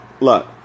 look